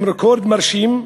עם רקורד מרשים,